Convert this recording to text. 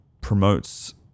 promotes